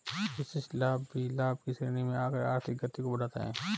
विशिष्ट लाभ भी लाभ की श्रेणी में आकर आर्थिक गति को बढ़ाता है